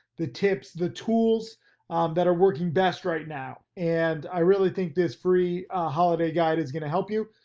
the tips, the tools that are working best right now. and i really think this free holiday guide is gonna help you.